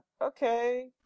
okay